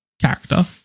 character